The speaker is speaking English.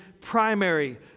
primary